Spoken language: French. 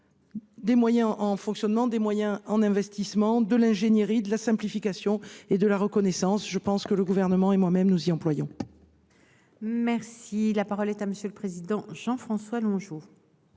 des moyens, en fonctionnement comme en investissement, de l'ingénierie, de la simplification et de la reconnaissance : le Gouvernement et moi-même nous y employons. La parole est à M. Jean-François Longeot.